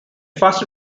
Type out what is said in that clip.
fast